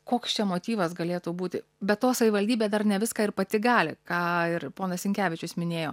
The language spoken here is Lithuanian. koks čia motyvas galėtų būti be to savivaldybė dar ne viską ir pati gali ką ir ponas sinkevičius minėjo